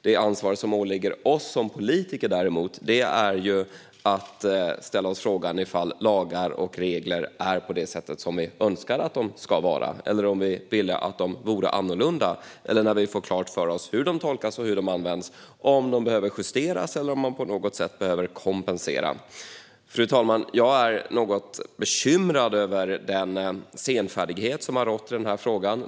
Det ansvar som åligger oss som politiker är däremot att ställa oss frågorna om lagar och regler är som vi önskar att de ska vara, om vi vill att de ska vara annorlunda eller om vi, när vi får klart för oss hur de tolkas och används, vill att de ska justeras eller om man på något sätt ska kompensera för den effekt de har. Jag är något bekymrad över den senfärdighet som har rått i den här frågan.